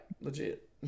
legit